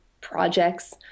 projects